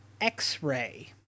x-ray